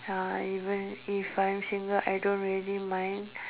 uh if if I'm single I don't really mind